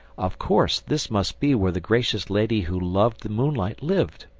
of course this must be where the gracious lady who loved the moonlight lived.